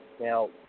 Now